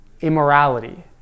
immorality